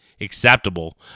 acceptable